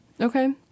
Okay